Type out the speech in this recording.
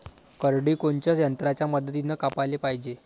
करडी कोनच्या यंत्राच्या मदतीनं कापाले पायजे?